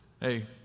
Hey